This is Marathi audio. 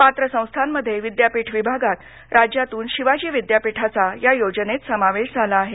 पात्र संस्थांमध्ये विद्यापीठ विभागात राज्यातून शिवाजी विद्यापीठाचा या योजनेत समावेश झाला आहे